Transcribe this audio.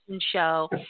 show